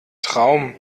traum